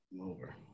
Over